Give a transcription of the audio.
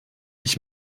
ich